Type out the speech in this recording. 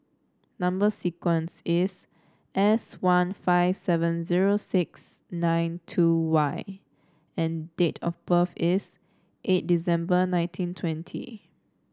number sequence is S one five seven zero six nine two Y and date of birth is eight December nineteen twenty